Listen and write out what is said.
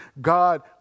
God